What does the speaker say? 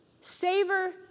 savor